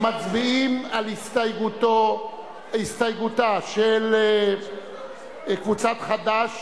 מצביעים על ההסתייגות של קבוצת חד"ש,